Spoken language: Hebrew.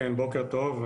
כן, בוקר טוב.